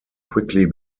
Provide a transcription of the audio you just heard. quickly